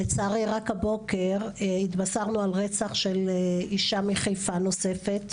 לצערי הבוקר התבשרנו על רצח של אישה מחיפה נוספת,